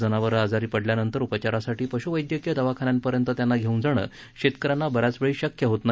जनावरं आजारी पडल्यानंतर उपचारासाठी पशुवेद्यकीय दवाखान्यापर्यंत त्यांना घेऊन जाणं शेतकऱ्यांना बऱ्याच वेळी शक्य होत नाही